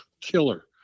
killer